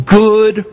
good